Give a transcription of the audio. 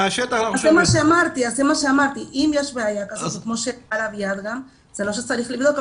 אז זה מה שאמרתי אם יש בעיה כזאת כמו שאמר אביעד --- צריך לבדוק.